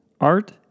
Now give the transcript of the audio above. Art